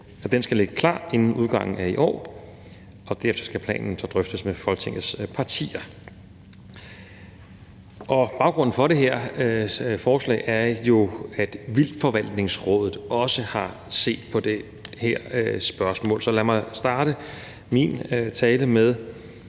planen skal ligge klar inden udgangen af i år, og at den derefter skal drøftes med Folketingets partier. Baggrunden for forslaget er også, at Vildtforvaltningsrådet har set på spørgsmålet. Så lad mig starte min tale med